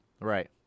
Right